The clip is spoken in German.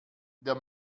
der